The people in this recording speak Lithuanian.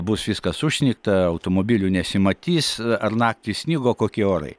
bus viskas užsnigta automobilių nesimatys ar naktį snigo kokie orai